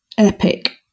epic